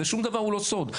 שום דבר הוא לא סוד.